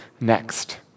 next